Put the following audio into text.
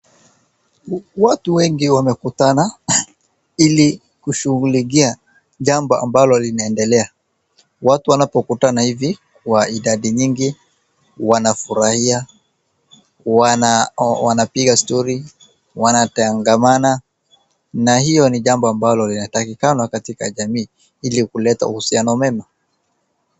Watu wengi wamekutana, ili kushughulikia jambo ambalo linaendelea. Watu wanapokutana hivi kwa idadi nyingi, wanafurahia, wanapiga story , wanatangamana, na hio ni jambo ambalo linatakikana katika jamii, ili kuleta uhusiano mwema.